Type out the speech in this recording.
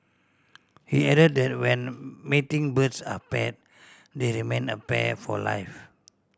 he added that when mating birds are pair they remain a pair for life